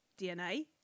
DNA